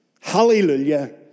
Hallelujah